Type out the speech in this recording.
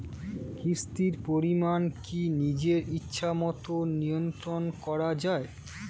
কিস্তির পরিমাণ কি নিজের ইচ্ছামত নিয়ন্ত্রণ করা যায়?